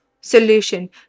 solution